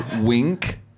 Wink